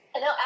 No